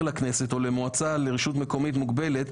לכנסת או למועצה לרשות מקומית מוגבלת,